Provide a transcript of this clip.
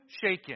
shaken